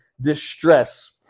distress